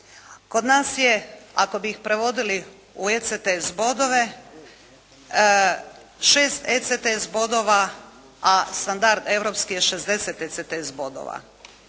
Kod nas je, ako bi ih prevodili u ECTS bodove, 6 ECTS bodova a standard europski je 6o ECTS bodova.